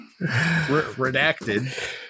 Redacted